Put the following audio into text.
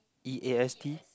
e_a_s_t